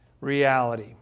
Reality